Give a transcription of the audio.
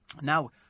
Now